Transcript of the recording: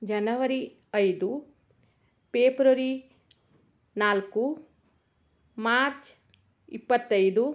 ಜನವರಿ ಐದು ಪೇಪ್ರರಿ ನಾಲ್ಕು ಮಾರ್ಚ್ ಇಪ್ಪತ್ತೈದು